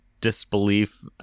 disbelief